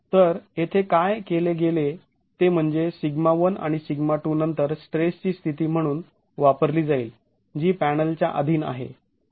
तर येथे काय केले गेले ते म्हणजे σ1 आणि σ2 नंतर स्ट्रेसची स्थिती म्हणून वापरली जाईल जी पॅनलच्या आधीन आहे